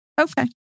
Okay